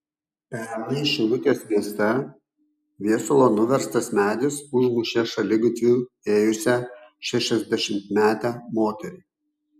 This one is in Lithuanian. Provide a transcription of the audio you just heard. pernai šilutės mieste viesulo nuverstas medis užmušė šaligatviu ėjusią šešiasdešimtmetę moterį